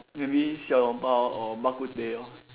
maybe 小笼包 or bak-kut-teh lor